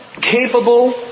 capable